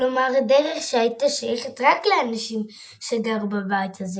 כלומר דרך שהיתה שיכת רק לאנשים שגרו בבית הזה.